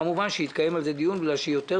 כמובן שיתקיים על זה דיון מפני שיותר